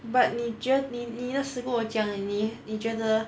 but 你觉你你那时跟我讲你你觉得